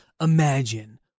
imagine